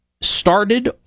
started